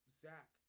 Zach